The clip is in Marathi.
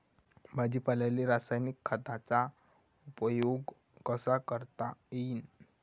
भाजीपाल्याले रासायनिक खतांचा उपयोग कसा करता येईन?